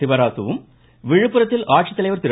சிவராசும் விழுப்புரத்தில் ஆட்சித்தலைவர் திரு